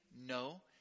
No